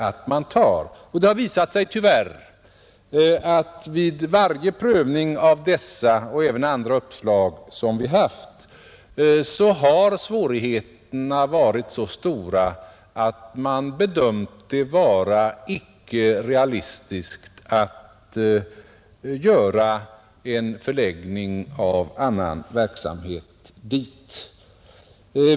Och vid varje prövning av dessa 17 maj 1971 och andra uppslag har det tyvärr visat sig att svårigheterna har varit så stora att vi bedömt det vara icke realistiskt att förlägga någon annan verksamhet dit.